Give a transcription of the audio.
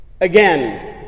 Again